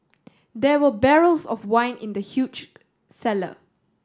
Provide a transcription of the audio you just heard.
there were barrels of wine in the huge cellar